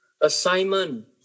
assignment